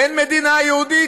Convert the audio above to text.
כן מדינה יהודית,